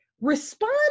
respond